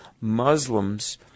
Muslims